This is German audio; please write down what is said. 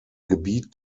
gebiet